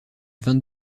vingt